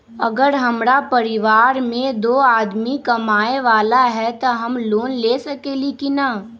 अगर हमरा परिवार में दो आदमी कमाये वाला है त हम लोन ले सकेली की न?